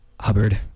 Hubbard